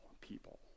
people